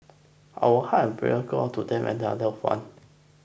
our heart prayer go out to them and their loved ones